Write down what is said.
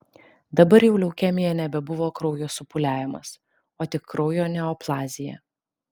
dabar jau leukemija nebebuvo kraujo supūliavimas o tik kraujo neoplazija